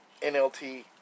NLT